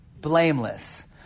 blameless